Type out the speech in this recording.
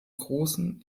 großen